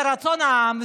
זה רצון העם,